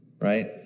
right